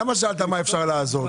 למה שאלת מה אפשר לעזור?